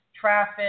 traffic